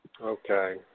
Okay